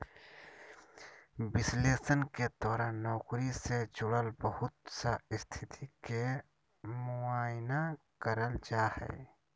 विश्लेषण के द्वारा नौकरी से जुड़ल बहुत सा स्थिति के मुआयना कइल जा हइ